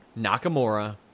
nakamura